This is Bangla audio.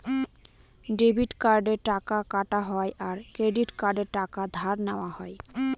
ডেবিট কার্ডে টাকা কাটা হয় আর ক্রেডিট কার্ডে টাকা ধার নেওয়া হয়